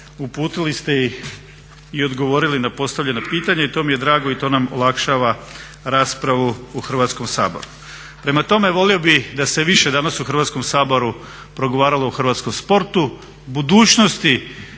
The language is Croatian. Uputili ste ih i odgovorili na postavljena pitanja i to mi je drago i to nam olakšava raspravu u Hrvatskom saboru. Prema tome, volio bih da se više danas u Hrvatskom saboru progovaralo o hrvatskom sportu, budućnosti